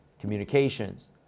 communications